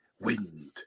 wind